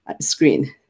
screen